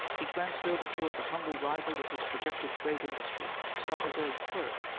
he glanced over toward the humble rival of his projected great industry, saw his old clerk,